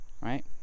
right